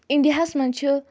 اِنڈیاہَس منٛز چھِ